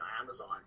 Amazon